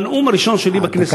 בנאום הראשון שלי בכנסת,